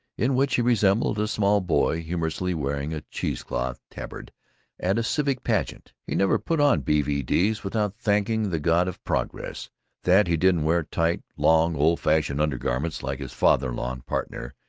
in which he resembled a small boy humorlessly wearing a cheesecloth tabard at a civic pageant. he never put on b v d s without thanking the god of progress that he didn't wear tight, long, old-fashioned undergarments, like his father-in-law and partner,